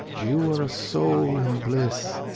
you are a soul in bliss,